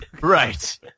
Right